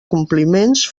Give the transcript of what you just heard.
compliments